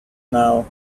now